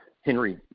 Henry